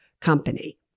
company